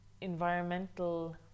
environmental